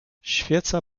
świeca